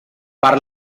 per